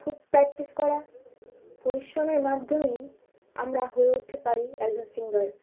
খুব প্র্যাকটিস করা পরিশ্রমের মাধ্যমেই আমরা হয়ে উঠতে পারি অ্যাস এ সিঙ্গার